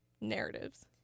narratives